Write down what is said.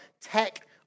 tech